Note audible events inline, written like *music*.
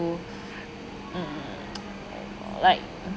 to um *noise* like